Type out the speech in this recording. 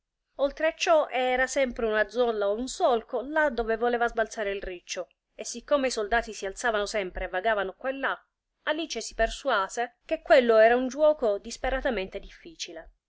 oltre a ciò e era sempre una zolla o un solco là dove voleva sbalzare il riccio e siccome i soldati si alzavano sempre e vagavano quà e là alice si persuase che quello era un giuoco disperatamente difficile